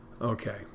Okay